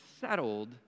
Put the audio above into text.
settled